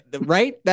right